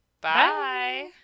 Bye